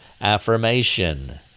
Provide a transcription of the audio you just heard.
affirmation